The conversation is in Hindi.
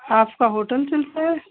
आपका होटल चलता है